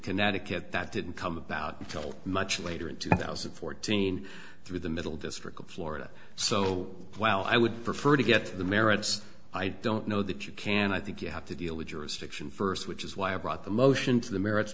connecticut that didn't come about until much later in two thousand and fourteen through the middle district of florida so while i would prefer to get to the merits i don't know that you can i think you have to deal with jurisdiction first which is why i brought the motion to the merits